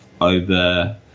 over